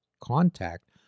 contact